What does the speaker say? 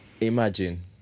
Imagine